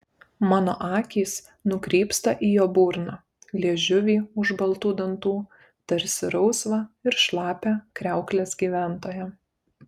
mano akys nukrypsta į jo burną liežuvį už baltų dantų tarsi rausvą ir šlapią kriauklės gyventoją